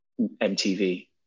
MTV